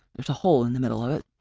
there's a hole in the middle of it.